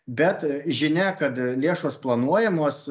bet žinia kad lėšos planuojamos